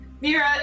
Mira